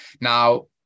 now